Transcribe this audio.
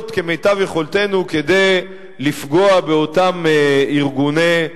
כמיטב יכולתנו כדי לפגוע באותם ארגוני טרור.